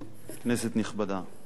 כנסת נכבדה,